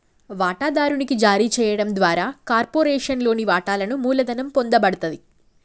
వాటాదారునికి జారీ చేయడం ద్వారా కార్పొరేషన్లోని వాటాలను మూలధనం పొందబడతది